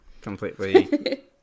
completely